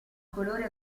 colore